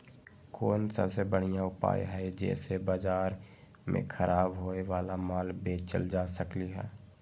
कोन सबसे बढ़िया उपाय हई जे से बाजार में खराब होये वाला माल बेचल जा सकली ह?